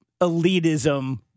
elitism